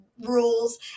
rules